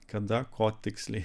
kada ko tiksliai